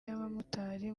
y’abamotari